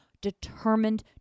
determined